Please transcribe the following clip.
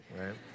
right